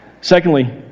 Secondly